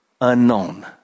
unknown